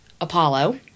Apollo